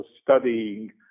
studying